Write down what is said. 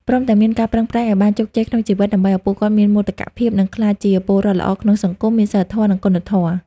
ព្រមទាំងមានការប្រឹងប្រែងឲ្យបានជោគជ័យក្នុងជីវិត ដើម្បីឲ្យពួកគាត់មានមោទកភាព និងក្លាយជាពលរដ្ឋល្អក្នុងសង្គម មានសីលធម៌ និងគុណធម៌។